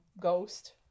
ghost